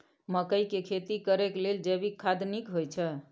मकई के खेती करेक लेल जैविक खाद नीक होयछै?